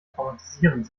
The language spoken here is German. traumatisierend